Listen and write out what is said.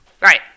Right